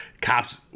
Cops